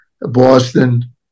Boston